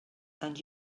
and